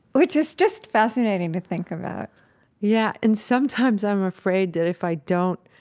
which is just fascinating to think about yeah, and sometimes i'm afraid that if i don't